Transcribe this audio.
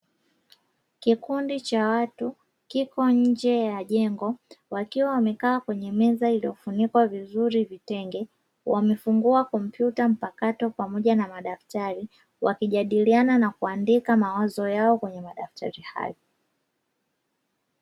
Kikundi cha watu kiko nje ya jengo, wakiwa wamekaa kwenye meza iliyofunikwa vizuri vitenge, wamefungua kompyuta mpakato pamoja na madaftari, wakijadiliana na kuandika mawazo yao kwenye madaftari hayo.